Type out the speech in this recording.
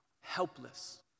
helpless